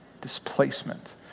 displacement